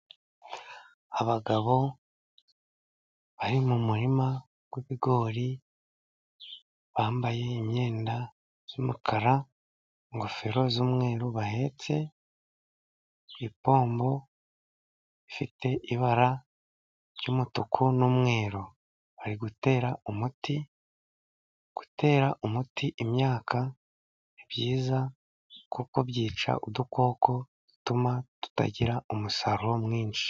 Abagabo bari mu murima w'ibigori bambaye imyenda y'umukara, ingofero z'umweru, bahetse ipombo ifite ibara ry'umutuku n'umweru, bari gutera umuti, gutera umuti imyaka ni byiza, kuko byica udukoko dutuma tutagira umusaruro mwinshi.